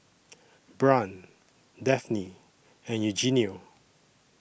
Brant Daphne and Eugenio